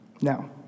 Now